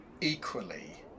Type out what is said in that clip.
equally